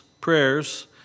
prayers